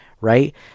right